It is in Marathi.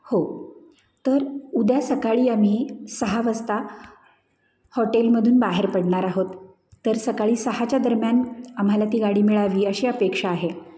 हो तर उद्या सकाळी आम्ही सहा वाजता हॉटेलमधून बाहेर पडणार आहोत तर सकाळी सहाच्या दरम्यान आम्हाला ती गाडी मिळावी अशी अपेक्षा आहे